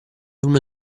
uno